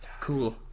Cool